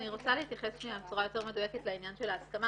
אני רוצה להתייחס בצורה יותר מדויקת לעניין ההסכמה,